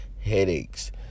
headaches